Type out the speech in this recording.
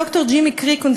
ד"ר ג'ימי קריקון,